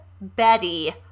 Betty